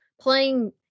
playing